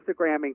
Instagramming